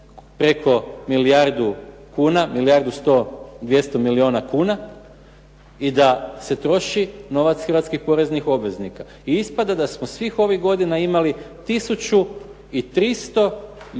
preko milijardu kuna, milijardu 100, 200 milijuna kuna i da se troši novac hrvatskih poreznih obveznika. I ispada da smo svih ovih godina imali tisuću